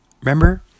Remember